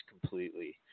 completely